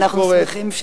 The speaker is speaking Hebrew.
ואנחנו שמחים,